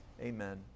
Amen